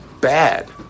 bad